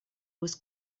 was